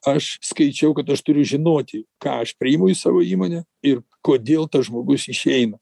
aš skaičiau kad aš turiu žinoti ką aš priimu į savo įmonę ir kodėl tas žmogus išeina